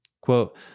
Quote